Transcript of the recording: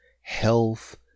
health